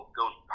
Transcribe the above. goes